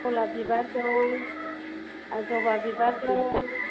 गलाब बिबार दं आरो जबा बिबार दं